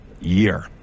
year